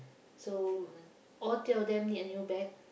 so all three of them need a new bag